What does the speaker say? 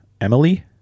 Emily